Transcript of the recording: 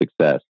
success